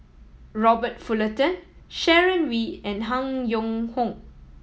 Robert Fullerton Sharon Wee and Han Yong Hong